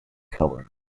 coloring